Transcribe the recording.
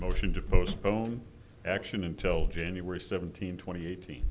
motion to postpone action until january seventeenth twenty eight